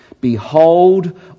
Behold